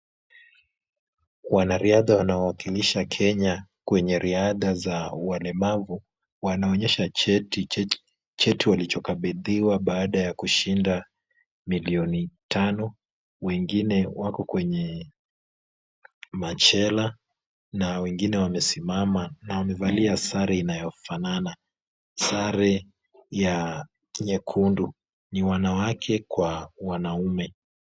Wanariadha wanaoakilisha Kenya kwenye riadha za walemavu. Wanaonyesha cheti walichokabidhiwa baada ya kushinda milioni tano. Wengine wako kwenye machela na wengine wamesimama na wamevalia sare inayofanana. Sare ya nyekundu. Ni wanawake kwa wanaume.